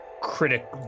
critic